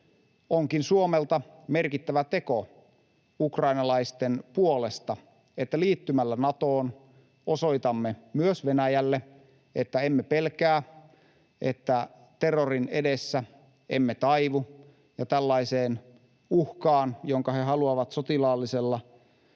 Onkin Suomelta merkittävä teko ukrainalaisten puolesta, että liittymällä Natoon osoitamme myös Venäjälle, että emme pelkää, että terrorin edessä emme taivu ja että tällaista uhkaa, jonka he haluavat sotilaallisella